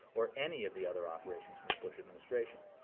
or any of the other operations from the bush administration.